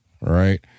Right